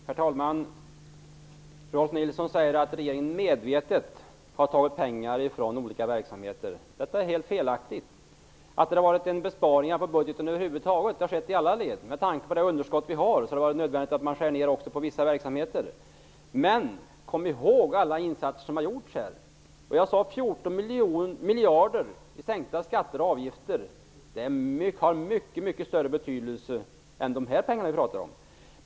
Herr talman! Rolf L Nilson säger att regeringen medvetet har tagit pengar från olika verksamheter. Det är helt felaktigt. Besparingar i budgeten över huvud taget har skett i alla led. Med tanke på vårt underskott har det varit nödvändigt att skära ned på vissa verksamheter. Men kom ihåg alla insatser som har gjorts här! Jag talade om 14 miljarder i sänkta skatter och avgifter. Det har mycket större betydelse än de pengar som vi nu pratar om.